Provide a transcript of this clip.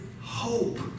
hope